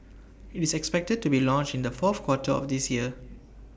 IT is expected to be launched in the fourth quarter of this year